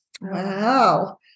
Wow